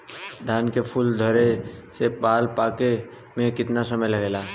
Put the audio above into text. धान के फूल धरे से बाल पाके में कितना समय लागेला?